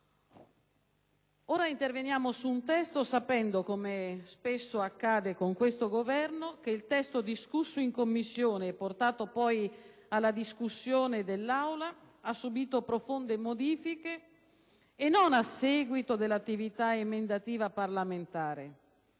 Ora interveniamo su un testo sapendo, come spesso accade con questo Governo, che il testo esaminato in Commissione e portato poi alla discussione dell'Aula ha subito profonde modifiche e non a seguito dell'attività emendativa parlamentare,